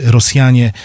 Rosjanie